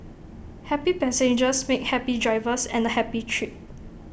happy passengers make happy drivers and A happy trip